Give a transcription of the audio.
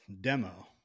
demo